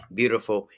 beautiful